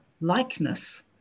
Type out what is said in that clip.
likeness